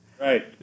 Right